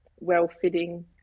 well-fitting